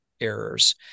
errors